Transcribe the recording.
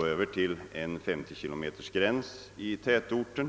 gå över till 50 kilometer där.